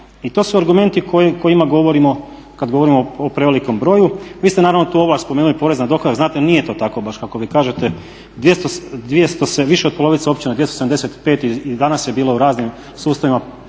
I to su argumenti o kojima govorimo kada govorimo o prevelikom broju. Vi ste tu ovlaš spomenuli porez na dohodak, znate nije to tako baš kako vi kažete. Više od polovica općina 275 i danas je bilo u raznim sustavima